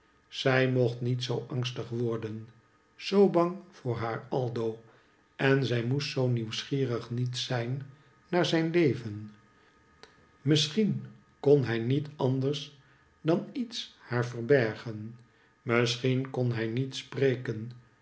zij mdcht niet zoo angstig worden zoo bang voor haar aldo en zij moest zoo nieuwsgierig niet zijn naar zijn leven misschien kon hij niet anders dan iets haar verbergen misschien kon hij niet spreken